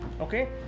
okay